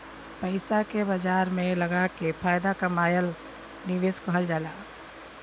पइसा के बाजार में लगाके फायदा कमाएल निवेश कहल जाला